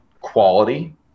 quality